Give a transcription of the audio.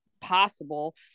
possible